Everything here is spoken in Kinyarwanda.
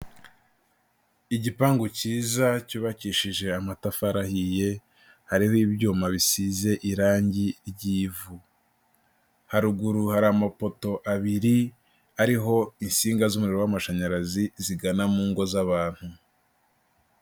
Igipangu cyiza cyubakishije amatafari ahiye, hariho ibyuma bisize irangi ry'ivu, haruguru hari amapoto abiri ariho insinga z'umuriro w'amashanyarazi zigana mu ngo z'abantu.